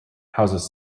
houses